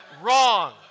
wrong